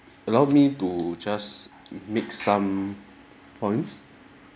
allow me to just make some points